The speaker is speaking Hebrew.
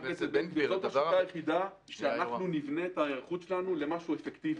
זאת השיטה היחידה שבה אנחנו נבנה את ההיערכות שלנו למשהו אפקטיבי.